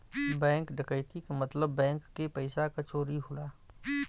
bank डकैती क मतलब बैंक के पइसा क चोरी होला